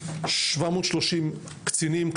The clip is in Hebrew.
730 קצינים,